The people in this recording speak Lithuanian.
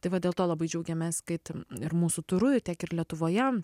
tai va dėl to labai džiaugiamės kad ir mūsų turu tiek ir lietuvoje